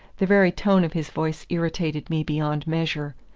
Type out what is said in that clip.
the very tone of his voice irritated me beyond measure.